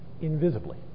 invisibly